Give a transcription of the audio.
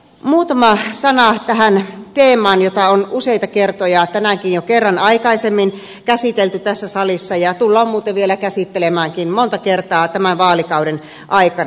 muutama sana tähän teemaan jota on useita kertoja tänäänkin jo kerran aikaisemmin käsitelty tässä salissa ja tullaan muuten vielä käsittelemäänkin monta kertaa tämän vaalikauden aikana